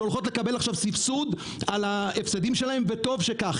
שהולכות לקבל עכשיו סבסוד על ההפסדים שלהן; וטוב שכך,